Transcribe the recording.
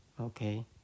okay